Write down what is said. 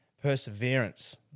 perseverance